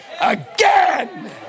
again